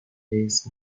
ajedrez